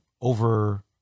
over